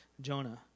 Jonah